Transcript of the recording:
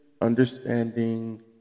understanding